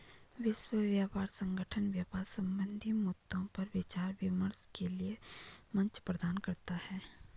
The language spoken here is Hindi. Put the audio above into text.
विश्व व्यापार संगठन व्यापार संबंधी मद्दों पर विचार विमर्श के लिये मंच प्रदान करता है